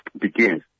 begins